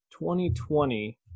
2020